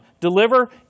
Deliver